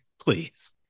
please